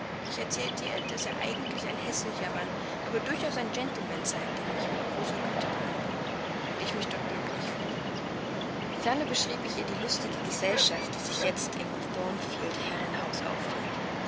ich erzählte ihr daß er eigentlich ein häßlicher mann aber durchaus ein gentleman sei daß er mich mit großer güte behandle und ich mich dort glücklich fühle ferner beschrieb ich ihr die lustige gesellschaft die sich jetzt im thornfield herrenhause aufhielt